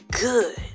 good